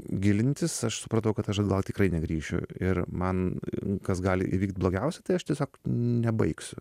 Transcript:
gilintis aš supratau kad aš atgal tikrai negrįšiu ir man kas gali įvykt blogiausia tai aš tiesiog nebaigsiu